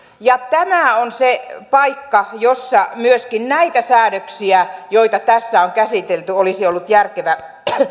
ja tämä on se paikka jossa myöskin näitä säädöksiä joita tässä on käsitelty olisi ollut järkevä